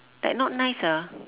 like not nice ah